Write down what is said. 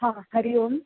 हा हरिः ओम्